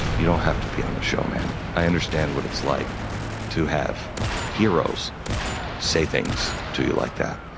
you don't have to be on the show, man. i understand what it's like to have heroes say things to you like that.